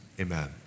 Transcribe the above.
amen